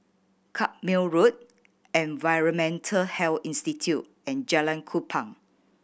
Carpmael Road Environmental Health Institute and Jalan Kupang